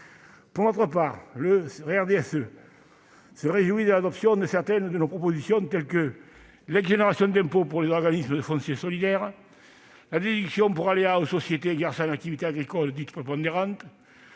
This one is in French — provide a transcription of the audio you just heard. Pour sa part, le RDSE se réjouit de l'adoption de certaines de ses propositions, telles que l'exonération d'impôts pour les organismes de foncier solidaire, l'extension de la déduction pour aléas aux sociétés exerçant une activité agricole dite « prépondérante